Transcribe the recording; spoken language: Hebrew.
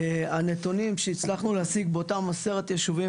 הנתונים שהצלחנו להשיג באותם עשרת ישובים,